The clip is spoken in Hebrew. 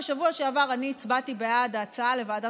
בשבוע שעבר הצבעתי בעד ההצעה לוועדת